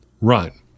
run